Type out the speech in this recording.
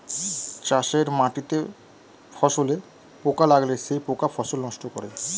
চাষের মাটিতে ফসলে পোকা লাগলে সেই পোকা ফসল নষ্ট করে